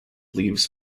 leaves